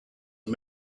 and